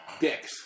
Dicks